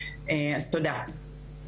תודה.